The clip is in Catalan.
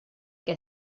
què